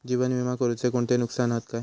जीवन विमा करुचे कोणते नुकसान हत काय?